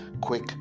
quick